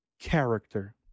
character